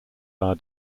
our